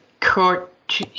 court